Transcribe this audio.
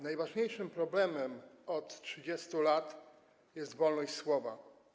Najważniejszym problemem od 30 lat jest wolność słowa.